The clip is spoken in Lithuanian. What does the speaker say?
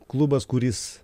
klubas kuris